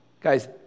Guys